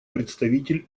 представитель